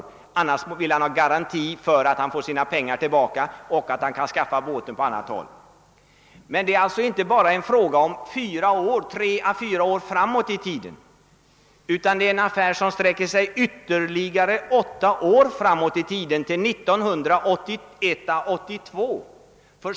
Han vill ha garanti för att han annars får sina pengar tillbaka så att han kan skaffa en båt på annat håll. Det är alltså inte bara en fråga om 3—4 år framåt i tiden, utan det är en affär som sträcker sig ytterligare framåt i tiden ända till 1981—1982.